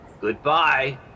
Goodbye